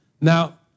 Now